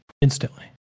Instantly